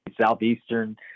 southeastern